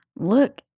look